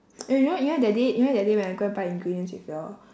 eh you know you know that day you know that day when I go and buy ingredients with you all